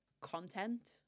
content